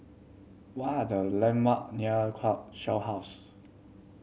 where are the landmark near Shell House